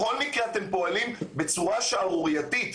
בכל מקרה אתם פועלים בצורה שערורייתית,